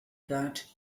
that